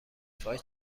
فای